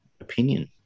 opinion